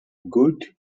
good